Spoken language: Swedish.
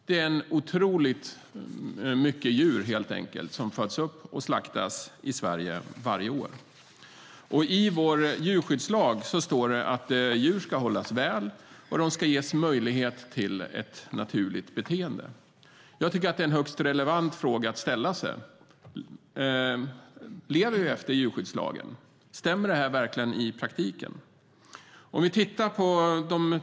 Det är helt enkelt otroligt många djur som föds upp och slaktas i Sverige varje år. I vår djurskyddslag står det att djur ska hållas väl och ges möjlighet till ett naturligt beteende. Men efterlever vi djurskyddslagen? Stämmer det här verkligen i praktiken? Jag tycker att det är högst relevanta frågor att ställa sig.